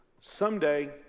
someday